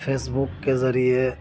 Facebook کے ذریعے